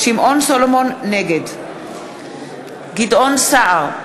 נגד גדעון סער,